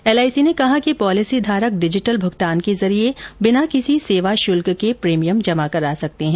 LIC ने कहा कि पॉलिसीधारक डिजिटल भूगतान के जरिये बिना किसी सेवा शुल्क के प्रीमियम जमा करा सकते हैं